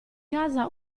casa